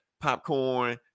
popcorn